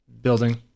building